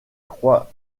croît